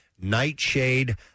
nightshade